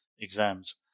exams